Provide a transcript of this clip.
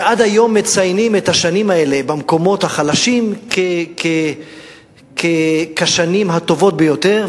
ועד היום מציינים את השנים האלה במקומות החלשים כשנים הטובות ביותר,